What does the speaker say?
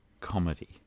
comedy